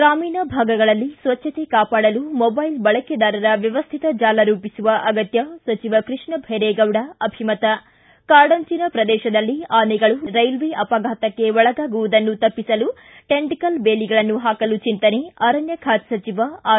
ಗ್ರಾಮೀಣ ಭಾಗಗಳಲ್ಲಿ ಸ್ವಚ್ಚತೆ ಕಾಪಾಡಲು ಮೊಬೈಲ್ ಬಳಕೆದಾರರ ವ್ಯವಸ್ಥಿತ ಜಾಲ ರೂಪಿಸುವ ಅಗತ್ಯ ಸಚಿವ ಕೃಷ್ಣ ಧೈರೇಗೌಡ ಅಭಿಮತ ಿಂ ಕಾಡಂಚಿನ ಪ್ರದೇಶದಲ್ಲಿ ಆನೆಗಳು ರೈಲ್ವೆ ಅಪಘಾತಕ್ಕೆ ಒಳಗಾವುದನ್ನು ತಪ್ಪಿಸಲು ಟೆಂಟ್ಕಲ್ ಬೇಲಿಗಳನ್ನು ಹಾಕಲು ಚಿಂತನೆ ಅರಣ್ಣ ಬಾತೆ ಸಚಿವ ಆರ್